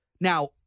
Now